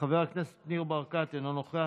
חבר הכנסת ניר ברקת, אינו נוכח.